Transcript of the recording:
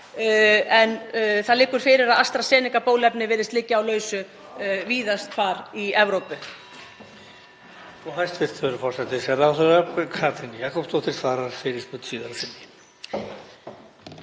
en það liggur fyrir að AstraZeneca-bóluefnið virðist liggja á lausu víðast hvar í Evrópu.